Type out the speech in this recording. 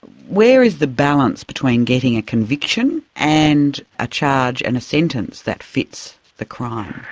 where is the balance between getting a conviction and a charge and a sentence that fits the crime?